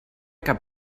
cap